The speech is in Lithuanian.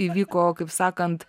įvyko kaip sakant